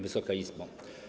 Wysoka Izbo!